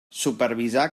supervisar